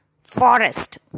forest